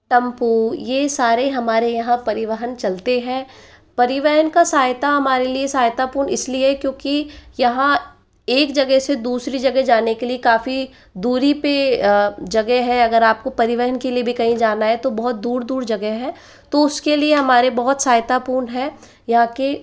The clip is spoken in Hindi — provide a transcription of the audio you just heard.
टंपू ये सारे हमारे यहाँ परिवहन चलते हैं परिवहन का सहायता हमारे लिए सहायता पूर्ण इसलिए है क्योंकि यहाँ एक जगह से दूसरी जगह जाने के लिए काफ़ी दूरी पे जगह है अगर आप को परिवहन के लिए भी कहीं जाना है तो बहुत दूर दूर जगह है तो उसके लिए हमारे बहुत सहायता पूर्ण है यहाँ के